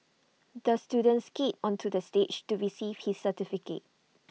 the student skated onto the stage to receive his certificate